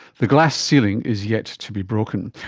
the glass ceiling is yet to be broken,